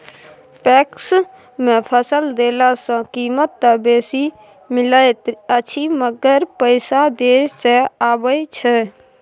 PACS मे फसल देला सॅ कीमत त बेसी मिलैत अछि मगर पैसा देर से आबय छै